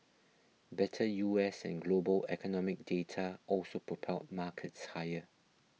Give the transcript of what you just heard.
better U S and global economic data also propelled markets higher